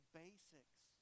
basics